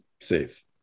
safe